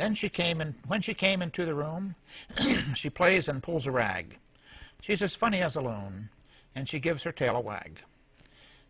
then she came and when she came into the room she plays and pulls a rag she's as funny as alone and she gives her tail wag